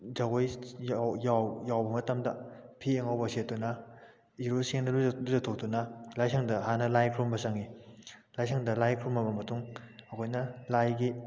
ꯖꯒꯣꯏ ꯌꯥꯎꯕ ꯃꯇꯝꯗ ꯐꯤ ꯑꯉꯧꯕ ꯁꯦꯠꯇꯨꯅ ꯏꯔꯨ ꯁꯦꯡꯅ ꯂꯨꯖꯊꯣꯛꯇꯨꯅ ꯂꯥꯏꯁꯪꯗ ꯍꯥꯟꯅ ꯂꯥꯏ ꯈꯨꯔꯨꯝꯕ ꯆꯪꯏ ꯂꯥꯏꯁꯪꯗ ꯂꯥꯏ ꯈꯨꯔꯨꯝꯃꯕ ꯃꯇꯨꯡ ꯑꯩꯈꯣꯏꯅ ꯂꯥꯏꯒꯤ